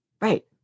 right